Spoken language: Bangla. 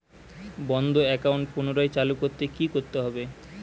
বন্ধ একাউন্ট পুনরায় চালু করতে কি করতে হবে?